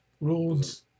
Rules